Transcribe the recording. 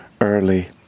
early